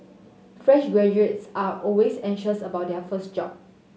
fresh graduates are always anxious about their first job